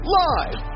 live